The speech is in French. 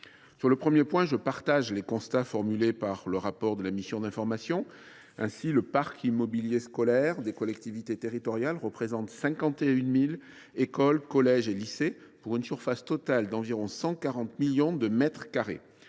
Sur le premier point, je partage les constats formulés dans le rapport de la mission d’information. Le parc immobilier scolaire des collectivités territoriales représente 51 000 écoles, collèges et lycées, pour une surface totale d’environ 140 millions de mètres carrés.